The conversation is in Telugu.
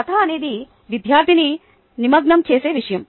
కథ అనేది విద్యార్థిని నిమగ్నం చేసే విషయం